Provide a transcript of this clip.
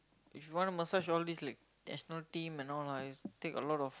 if you wanna massage all these like national team and all ah is take a lot of